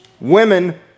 Women